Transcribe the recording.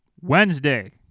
Wednesday